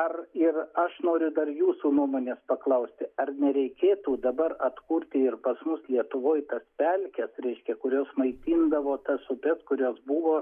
ar ir aš noriu dar jūsų nuomonės paklausti ar nereikėtų dabar atkurti ir pas mus lietuvoj tas pelkes reiškia kurios maitindavo tas upes kurios buvo